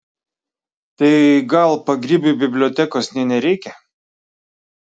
tai gal pagrybiui bibliotekos nė nereikia